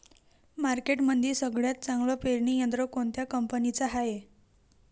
मार्केटमंदी सगळ्यात चांगलं पेरणी यंत्र कोनत्या कंपनीचं हाये?